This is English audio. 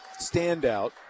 standout